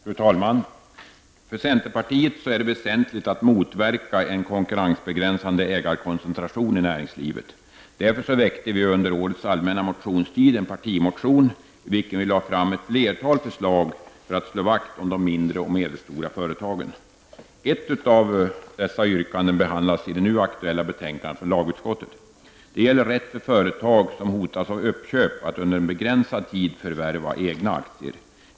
Fru talman! För centerpartiet är det väsentligt att motverka en konkurrensbegränsande ägarkoncentration i näringslivet. Därför väckte vi under årets allmänna motionstid en partimotion, i vilken vi lade fram ett flertal förslag som syftar till att slå vakt om de mindre och medelstora företagen. Ett av dessa yrkanden behandlas i det nu aktuella betänkandet från lagutskottet. Det gäller rätt för företag som hotas av uppköp att under en begränsad tid förvärva egna aktier.